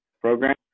program